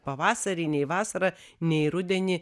pavasarį nei vasarą nei rudenį